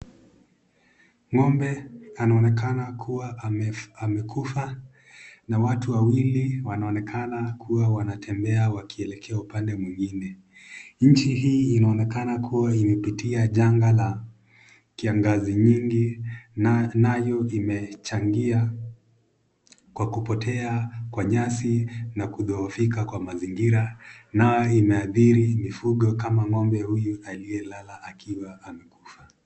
Ng'ombe anaonekana kuwa amekufa na watu wawili wanaonekana kuwa wanatembea wakielekea upande mwingine. Nchi hii inaonekana kuwa imepitia janga la kiangazi nyingi nayo imechangia kwa kupotea kwa nyasi na kudhoofika kwa mazingira nayo imeathiri mifugo kama ng'ombe huyu aliyelala akiwa amekufa.